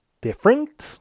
different